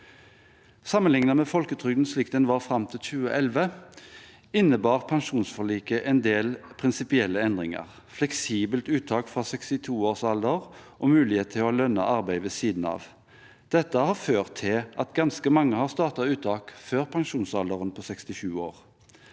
Sammenlignet med folketrygden slik den var fram til 2011, innebar pensjonsforliket en del prinsipielle endringer – fleksibelt uttak fra 62 års alder og mulighet til å ha lønnet arbeid ved siden av. Dette har ført til at ganske mange har startet uttak før pensjonsalderen på 67 år.